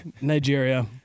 Nigeria